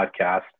podcast